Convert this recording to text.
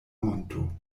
monto